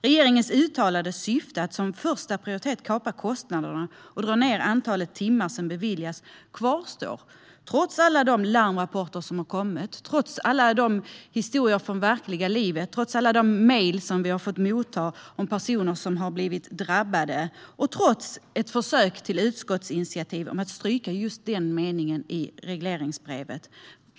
Regeringens uttalade syfte att som första prioritet kapa kostnaderna och dra ned antalet timmar som beviljas kvarstår - trots alla de larmrapporter som har kommit, trots alla historier från verkliga livet och trots alla mejl vi har fått motta om personer som har blivit drabbade. Syftet kvarstår trots ett försök till utskottsinitiativ om att stryka just den meningen i regleringsbrevet.